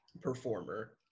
performer